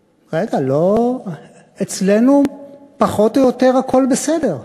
רגע, לא, אצלנו פחות או יותר הכול בסדר.